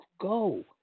go